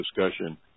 discussion